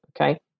okay